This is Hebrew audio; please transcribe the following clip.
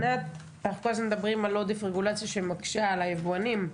אנחנו כל הזמן מדברים על עודף של רגולציה שמקשה על היבואנים.